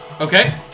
Okay